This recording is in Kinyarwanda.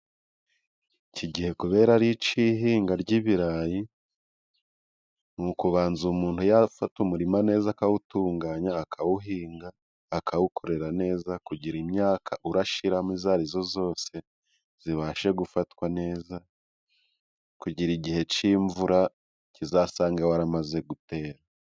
Iki gihe kubera ari icyo ihinga ry'ibirayi ni ukubanza umuntu agafata umurima neza, akawutunganya, akawuhinga, akawukorera neza kugira ngo imyaka ushyiramo iyo ariyo yose ibashe gufatwa neza, kugira ngo igihe cy'imvura kizasange wamaze gutera.